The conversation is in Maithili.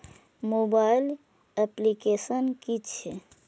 मोबाइल अप्लीकेसन कि छै?